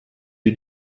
est